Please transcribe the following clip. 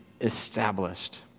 established